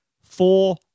four